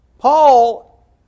Paul